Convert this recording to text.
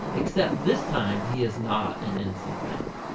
except this time he is not an innocent man.